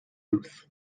booth